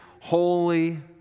holy